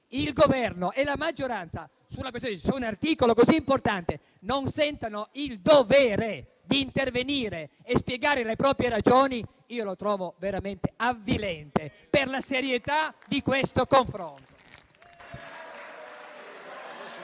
il Governo e la maggioranza non sentano il dovere di intervenire e spiegare le proprie ragioni, io lo trovo veramente avvilente per la serietà di questo confronto.